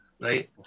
right